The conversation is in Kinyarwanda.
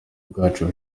bwacu